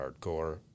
hardcore